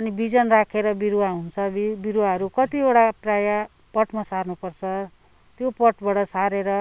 अनि बिजन राखेर बिरुवा हुन्छ बि बिरुवाहरू कतिवटा प्राय पटमा सार्नुपर्छ त्यो पटबाट सारेर